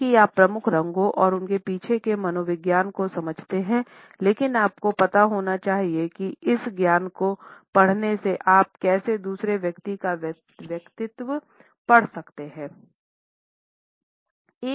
न ही आप प्रमुख रंगों और उनके पीछे के मनोविज्ञान को समझते हैं लेकिन आपको पता होना चाहिए कि इस ज्ञान को पढ़ने से आप कैसे दूसरे व्यक्ति का व्यक्तित्व पढ़ सकते हैं